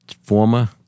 former